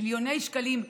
מיליוני שקלים בטיפול,